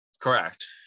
Correct